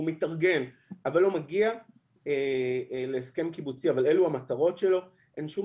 והוא מתארגן ולא מגיע להסכם קיבוצי אבל אלו המטרות שלו - אין שום